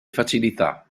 facilità